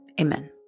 amen